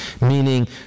meaning